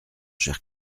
cher